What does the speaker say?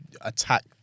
attack